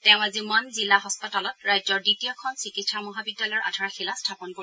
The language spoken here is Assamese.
তেওঁ আজি মন জিলা হাস্পতালত ৰাজ্যৰ দ্বিতীয়খন চিকিৎসা মহাবিদ্যালয়ৰ আধাৰশিলা স্থাপন কৰিব